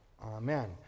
Amen